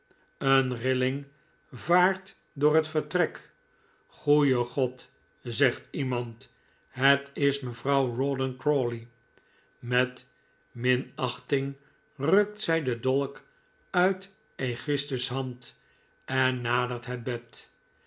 een rilling vaart door het vertrek goeie god zegt iemand het is mevrouw rawdon crawley met minachting rukt zij den dolk uit aegisthus hand en nadert het bed